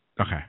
okay